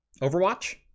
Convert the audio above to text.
Overwatch